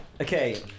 Okay